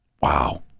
Wow